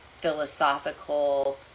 philosophical